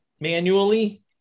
manually